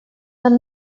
tan